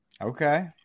Okay